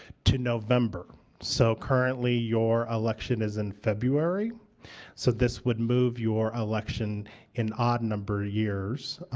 to november. so currently your election is in february so this would move your election in odd number of years,